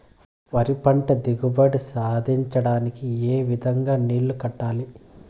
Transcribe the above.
వరి పంట దిగుబడి సాధించడానికి, ఏ విధంగా నీళ్లు కట్టాలి?